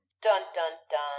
Dun-dun-dun